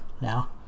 now